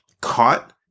caught